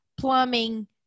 plumbing